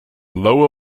lower